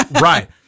right